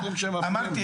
אמרתי,